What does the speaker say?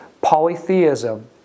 polytheism